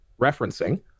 referencing